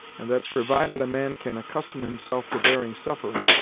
and that, provided a man can accustom himself to bearing suffering,